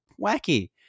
wacky